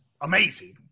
amazing